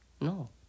No